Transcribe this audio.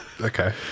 Okay